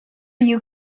you